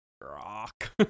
rock